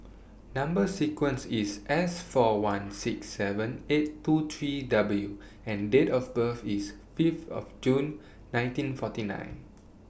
Number sequence IS S four one six seven eight two three W and Date of birth IS Fifth of June nineteen forty nine